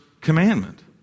commandment